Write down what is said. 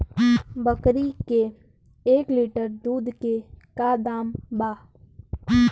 बकरी के एक लीटर दूध के का दाम बा?